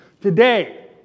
today